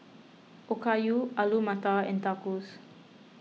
Okayu Alu Matar and Tacos